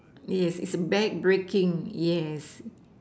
yes is a back breaking yes